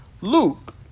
Luke